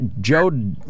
Joe